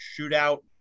shootout